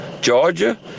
Georgia